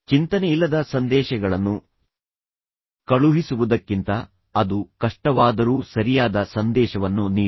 ಚಿಂತನೆಯಿಲ್ಲದ ಸಂದೇಶಗಳನ್ನು ಕಳುಹಿಸುವುದಕ್ಕಿಂತ ಅದು ಕಷ್ಟವಾದರೂ ಸರಿಯಾದ ಸಂದೇಶವನ್ನು ನೀಡಿ